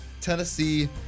Tennessee